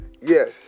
Yes